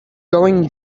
going